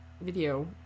Video